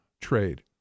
trade